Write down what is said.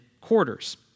quarters